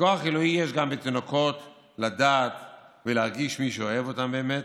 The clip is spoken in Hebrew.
וכוח עילאי יש גם בתינוקות לדעת ולהרגיש מי שאוהב אותם באמת,